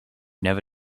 never